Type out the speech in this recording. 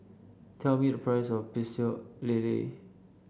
tell me the price of Pecel Lele